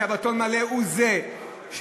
שבתון מלא הוא זה שיקטין,